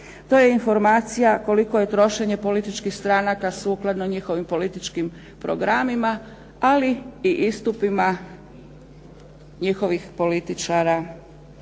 To je informacija koliko je trošenje političkih stranaka sukladno njihovih političkim programima, ali i istupima njihovih političara